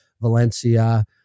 Valencia